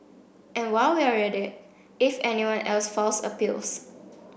and while we're at it if anyone else files appeals